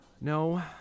No